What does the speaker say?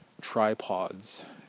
tripods